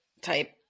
type